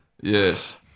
Yes